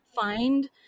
find